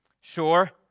sure